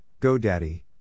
GoDaddy